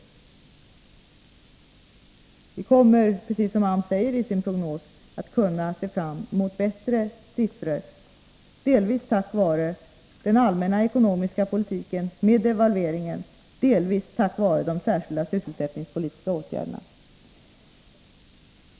Vi kommer, precis som AMS säger i sin prognos, att kunna se fram mot bättre siffror — delvis tack vare den allmänna ekonomiska politiken, med devalveringen, delvis tack vare de särskilda sysselsättningspolitiska åtgärderna.